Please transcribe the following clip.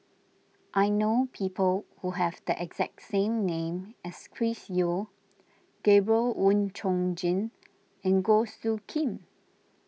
I know people who have the exact same name as Chris Yeo Gabriel Oon Chong Jin and Goh Soo Khim